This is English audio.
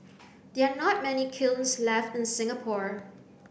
there are not many kilns left in Singapore